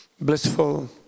blissful